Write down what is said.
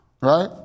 Right